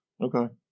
Okay